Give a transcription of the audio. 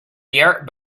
there